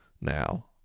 now